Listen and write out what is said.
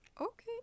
Okay